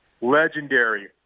legendary